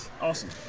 Awesome